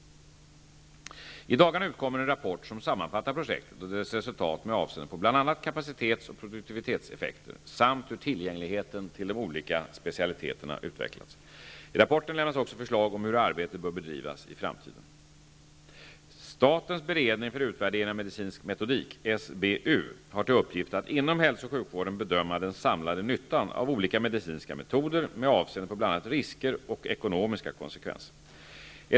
I dagarna utkommer en rapport som sammanfattar projektet och dess resultat med avseende på bl.a. kapacitets och produktivitetseffekter samt hur tillgängligheten till de olika specialiteterna utvecklats. I rapporten lämnas också förslag om hur arbetet bör bedrivas i framtiden. Statens beredning för utvärdering av medicinsk metodik har till uppgift att inom hälso och sjukvården bedöma den samlade nyttan av olika medicinska metoder med avseende på bl.a. risker och ekonomiska konsekvenser.